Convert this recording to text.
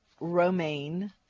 romaine